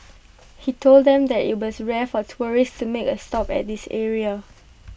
he told them that IT was rare for tourists to make A stop at this area